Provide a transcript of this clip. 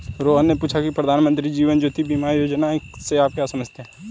रोहन ने पूछा की प्रधानमंत्री जीवन ज्योति बीमा योजना से आप क्या समझते हैं?